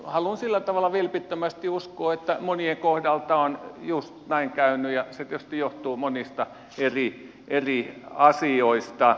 haluan sillä tavalla vilpittömästi uskoa että monien kohdalta on just näin käynyt ja se tietysti johtuu monista eri asioista